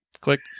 Click